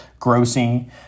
grossing